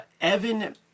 evan